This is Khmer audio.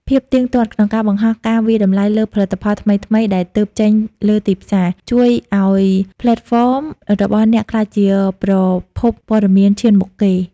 ភាពទៀងទាត់ក្នុងការបង្ហោះការវាយតម្លៃលើផលិតផលថ្មីៗដែលទើបចេញលើទីផ្សារ ជួយឱ្យផ្លេតហ្វមរបស់អ្នកក្លាយជាប្រភពព័ត៌មានឈានមុខគេ។